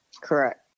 Correct